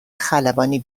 خلبانی